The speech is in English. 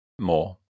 more